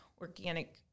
organic